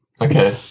Okay